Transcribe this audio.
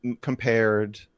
compared